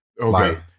Okay